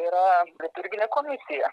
yra liturginė komisija